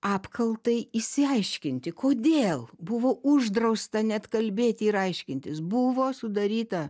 apkaltai išsiaiškinti kodėl buvo uždrausta net kalbėti ir aiškintis buvo sudaryta